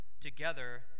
together